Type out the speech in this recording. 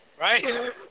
right